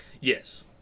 Yes